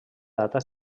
data